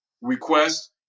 request